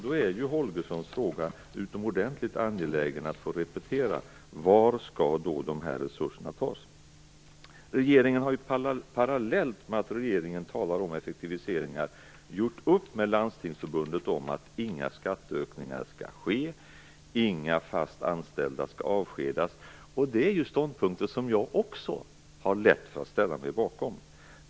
Då är Bengt Holgerssons fråga utomordentligt angelägen att få repetera: Var skall dessa resurserna tas? Parallellt med att regeringen talar om effektiviseringar har den gjort upp med Landstingsförbundet om att inga skatteökningar skall ske och att inga fast anställda skall avskedas. Det är ju ståndpunkter som jag också har lätt för att ställa mig bakom.